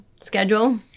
schedule